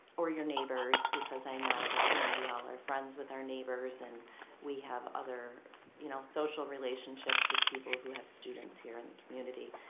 or your neighbors, because i know, that you know we all are friends with our neighbors and we have other you know social relationships with people who have students here in the community.